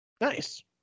Nice